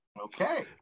Okay